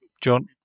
John